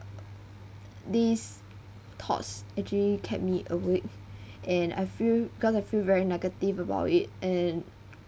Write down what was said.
these thoughts actually kept me awake and I feel because I feel very negative about it and